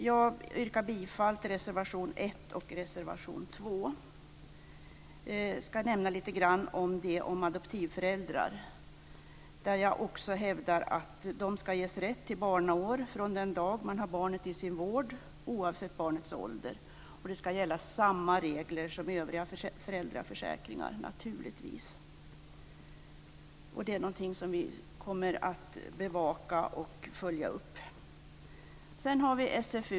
Jag yrkar bifall till reservationerna 1 och 2. Jag ska nämna lite grann om adoptivföräldrar. Jag hävdar att dessa ska ges rätt till barnaår från den dag när de har barnet i sin vård, oavsett barnets ålder. Naturligtvis ska samma regler som i övriga föräldraförsäkringar gälla. Vi kommer att bevaka och följa upp detta.